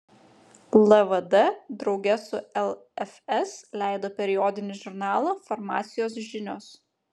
lvd drauge su lfs leido periodinį žurnalą farmacijos žinios